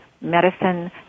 Medicine